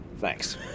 thanks